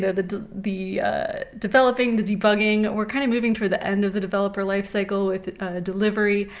the the developing, the debugging, we're kind of moving toward the end of the developer life cycle with delivery.